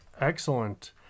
Excellent